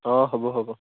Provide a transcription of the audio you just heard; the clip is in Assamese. অঁ হ'ব হ'ব